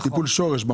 טיפול שורש.